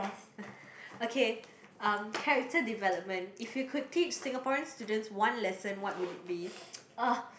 okay um character development if you could teach Singaporean students one lesson what would it be